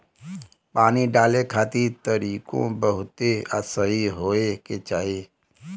पानी डाले खातिर तरीकों बहुते सही होए के चाही